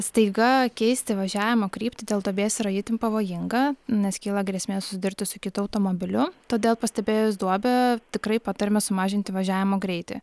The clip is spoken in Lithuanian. staiga keisti važiavimo kryptį dėl duobės yra itin pavojinga nes kyla grėsmė susidurti su kitu automobiliu todėl pastebėjus duobę tikrai patariame sumažinti važiavimo greitį